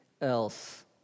else